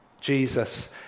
Jesus